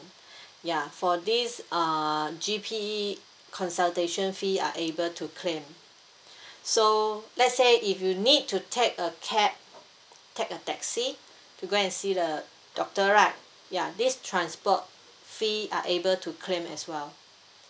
ya for this uh G_P consultation fee are able to claim so let's say if you need to take a cab take a taxi to go and see the doctor right ya this transport fee are able to claim as well